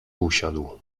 usiadł